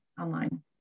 online